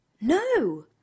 No